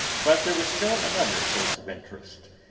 but there was still another source of interest.